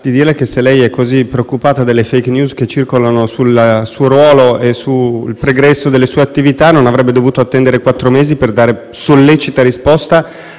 di dire che se è così preoccupata delle *fake news* che circolano sul suo ruolo e sul pregresso delle sue attività, non avrebbe dovuto attendere quattro mesi per dare "sollecita" risposta